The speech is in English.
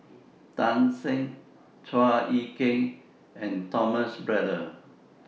Tan Shen Chua Ek Kay and Thomas Braddell